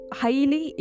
highly